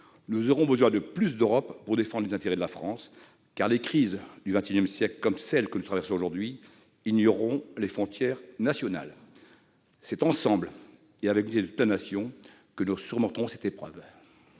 Nous aurons besoin de plus d'Europe pour défendre les intérêts de la France, car les crises du XXI siècle, comme celle que nous traversons aujourd'hui, ignoreront les frontières nationales. C'est ensemble, et avec l'unité de toute la Nation, que nous surmonterons cette épreuve.